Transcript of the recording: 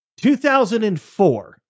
2004